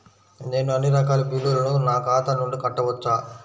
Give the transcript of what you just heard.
నేను అన్నీ రకాల బిల్లులను నా ఖాతా నుండి కట్టవచ్చా?